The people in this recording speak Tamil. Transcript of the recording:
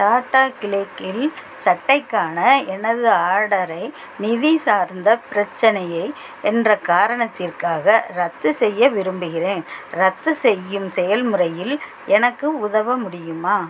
டாடா க்ளிக் இல் சட்டைக்கான எனது ஆர்டரை நிதி சார்ந்த பிரச்சனை என்ற காரணத்திற்காக ரத்து செய்ய விரும்புகிறேன் ரத்து செய்யும் செயல்முறையில் எனக்கு உதவ முடியுமா